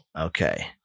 Okay